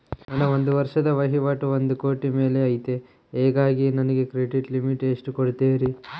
ನನ್ನ ಒಂದು ವರ್ಷದ ವಹಿವಾಟು ಒಂದು ಕೋಟಿ ಮೇಲೆ ಐತೆ ಹೇಗಾಗಿ ನನಗೆ ಕ್ರೆಡಿಟ್ ಲಿಮಿಟ್ ಎಷ್ಟು ಕೊಡ್ತೇರಿ?